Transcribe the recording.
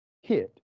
hit